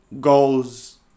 goals